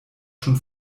schon